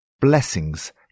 Blessings